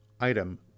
item